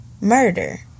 murder